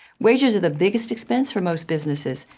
wages are the biggest expense for most businesses.